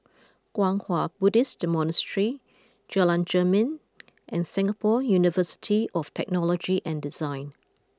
Kwang Hua Buddhist Monastery Jalan Jermin and Singapore University of Technology and Design